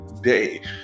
day